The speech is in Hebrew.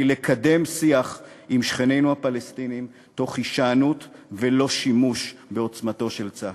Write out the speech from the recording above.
לקדם שיח עם שכנינו הפלסטינים תוך הישענות ולא שימוש בעוצמתו של צה"ל.